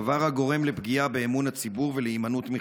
דבר הגורם לפגיעה באמון הציבור ולהימנעות מחיסון.